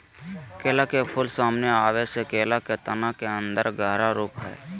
केला के फूल, सामने आबे से केला के तना के अन्दर गहरा रूप हइ